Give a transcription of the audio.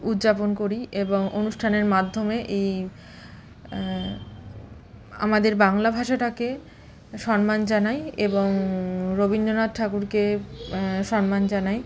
উদযাপন করি এবং অনুষ্ঠানের মাধ্যমে এই আমাদের বাংলা ভাষাটাকে সম্মান জানাই এবং রবীন্দ্রনাথ ঠাকুরকে সম্মান জানাই